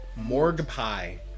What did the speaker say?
Morgpie